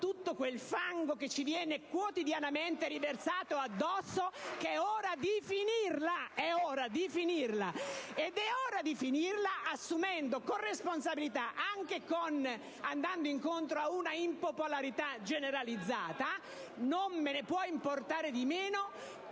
tutto quel fango che ci viene quotidianamente riversato addosso, che è ora di finirla! È ora di finirla, assumendosi la responsabilità di dirlo, anche andando incontro ad una impopolarità generalizzata: non me ne può importare di meno,